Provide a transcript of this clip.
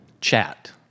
chat